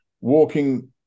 walking